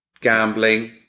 gambling